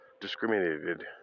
discriminated